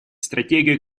стратегию